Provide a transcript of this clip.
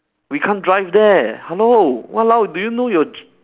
we can't drive there hello !walao! do you know your g~